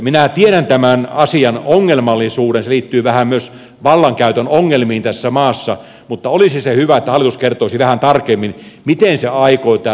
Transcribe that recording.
minä tiedän tämän asian ongelmallisuuden se liittyy vähän myös vallankäytön ongelmiin tässä maassa mutta olisi se hyvä että hallitus kertoisi vähän tarkemmin miten se aikoo tätä sotilaskäskyasioitten käsittelyä jatkaa